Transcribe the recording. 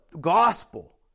gospel